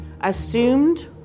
assumed